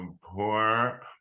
poor